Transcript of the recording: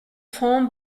fonds